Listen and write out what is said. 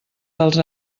dels